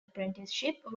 apprenticeship